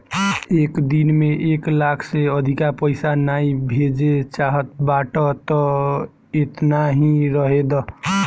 एक दिन में एक लाख से अधिका पईसा नाइ भेजे चाहत बाटअ तअ एतना ही रहे दअ